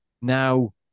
Now